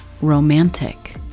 romantic